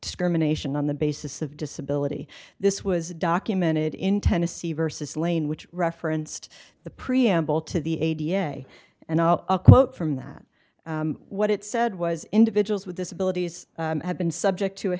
discrimination on the basis of disability this was documented in tennessee versus lane which referenced the preamble to the a d n a and a quote from that what it said was individuals with disabilities have been subject to a